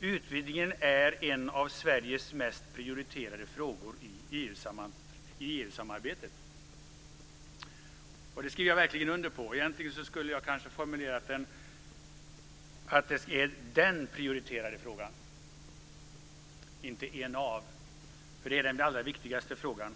Utvidgningen är en av Sveriges mest prioriterade frågor i EU-samarbetet. Det skriver jag verkligen under på. Egentligen skulle jag kanske ha formulerat det som att detta är den prioriterade frågan, inte en av. Det är nämligen den allra viktigaste frågan.